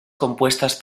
compuestas